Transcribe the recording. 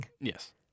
yes